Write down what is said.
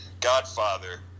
Godfather